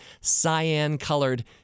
cyan-colored